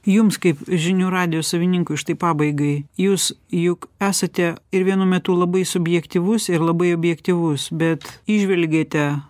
jums kaip žinių radijo savininkui štai pabaigai jūs juk esate ir vienu metu labai subjektyvus ir labai objektyvus bet įžvelgiate